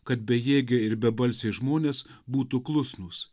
kad bejėgiai ir bebalsiai žmonės būtų klusnūs